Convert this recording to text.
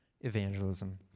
evangelism